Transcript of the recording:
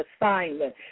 assignment